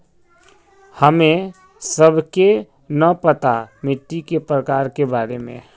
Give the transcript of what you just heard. हमें सबके न पता मिट्टी के प्रकार के बारे में?